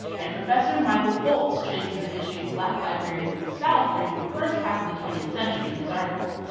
and professor michael fultz traces the history of black libraries in the south during the first half of the twentieth century in his article.